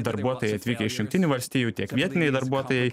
darbuotojai atvykę iš jungtinių valstijų tiek vietiniai darbuotojai